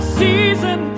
season